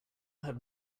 have